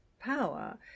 power